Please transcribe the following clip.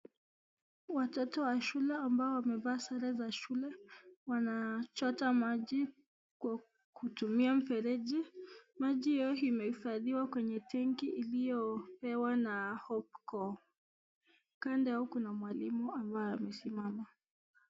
Watoto washule ambao wamevaa sare za shue, wanachota maji kwa kutumia mfereji, maji hiyo imefahidhiwa kenye tangi iliyopewa na hoko ... kando yao kuna mwalimu ambaye amesimama.